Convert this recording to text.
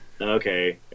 Okay